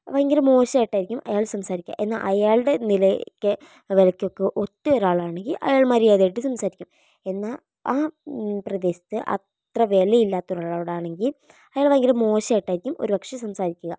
ഭയങ്കര മോശമായിട്ടായിരിക്കും അയാൾ സംസാരിക്കുക എന്നാൽ അയാളുടെ നിലയ്ക്ക് അവരൊക്കൊ ഒത്തൊരാളാണെങ്കിൽ അയാൾ മര്യാദയായിട്ട് സംസാരിക്കും എന്നാൽ ആ പ്രദേശത്ത് അത്ര വിലയില്ലാത്തൊരാളോടാണെങ്കിൽ അയാൾ ഭയങ്കര മോശമായിട്ടായിരിക്കും ഒരു പക്ഷെ സംസാരിക്കുക